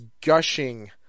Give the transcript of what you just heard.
gushing